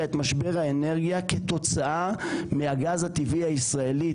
את משבר האנרגיה כתוצאה מהגז הטבעי הישראלי,